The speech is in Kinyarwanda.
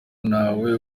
ntawe